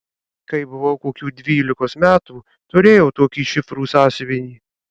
kai buvau kokių dvylikos metų turėjau tokį šifrų sąsiuvinį